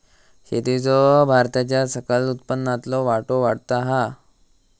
शेतीचो भारताच्या सकल उत्पन्नातलो वाटो वाढता हा